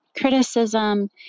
criticism